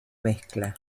mezcla